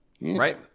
Right